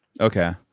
Okay